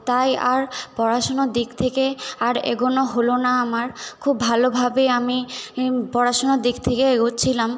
তাই আর পড়াশোনার দিক থেকে আর এগোনো হলো না আমার খুব ভালোভাবে আমি পড়াশোনার দিক থেকে এগোচ্ছিলাম